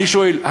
אני שואל,